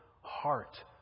heart